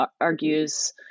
argues